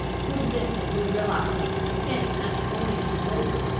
would listen with reluctance to any matrimonial proposal.